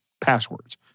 passwords